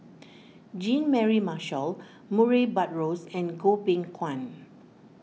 Jean Mary Marshall Murray Buttrose and Goh Beng Kwan